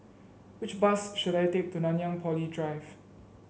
which bus should I take to Nanyang Poly Drive